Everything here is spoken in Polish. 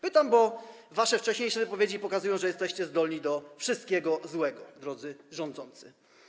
Pytam, bo wasze wcześniejsze wypowiedzi pokazują, że jesteście zdolni do wszystkiego złego, drodzy rządzący.